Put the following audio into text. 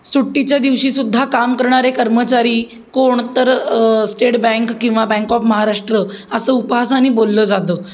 सुट्टीच्या दिवशीसुद्धा काम करणारे कर्मचारी कोण तर स्टेट बँक किंवा बँक ऑफ महाराष्ट्र असं उपहासाने बोललं जातं